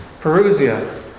Perusia